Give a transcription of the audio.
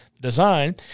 design